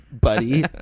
Buddy